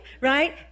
right